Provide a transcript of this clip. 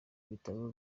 ibitabo